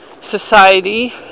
society